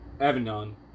Avignon